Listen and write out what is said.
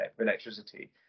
electricity